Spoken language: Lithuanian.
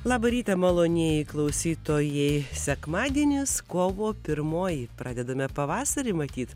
labą rytą malonieji klausytojai sekmadienis kovo pirmoji pradedame pavasarį matyt